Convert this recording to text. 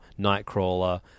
Nightcrawler